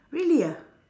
really ah